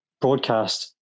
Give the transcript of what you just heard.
broadcast